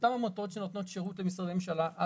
אותן עמותות שנותנות שירות למשרדי ממשלה,